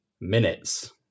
minutes